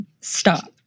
Stop